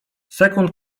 sekund